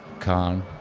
calm,